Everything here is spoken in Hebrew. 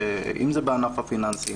אם זה בענף הפיננסי,